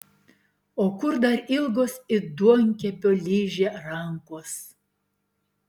o kur dar ilgos it duonkepio ližė rankos